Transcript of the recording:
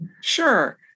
Sure